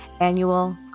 annual